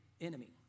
enemy